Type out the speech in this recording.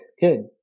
Good